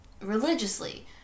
Religiously